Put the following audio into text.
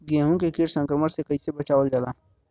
गेहूँ के कीट संक्रमण से कइसे बचावल जा?